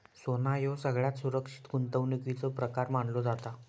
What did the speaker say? सोना ह्यो सगळ्यात सुरक्षित गुंतवणुकीचो प्रकार मानलो जाता